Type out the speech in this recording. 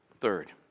third